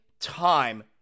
time